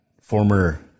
former